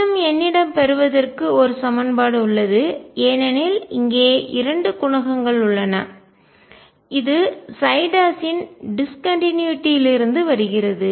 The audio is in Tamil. இன்னும் என்னிடம் பெறுவதற்கு ஒரு சமன்பாடு உள்ளது ஏனெனில் இங்கே இரண்டு குணகங்கள் உள்ளன அதுஇன் டிஸ்கன்டினியுட்டி லிருந்து வருகிறது